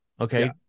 okay